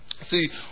See